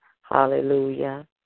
Hallelujah